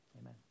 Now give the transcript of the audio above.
amen